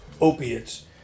opiates